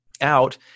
out